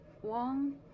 one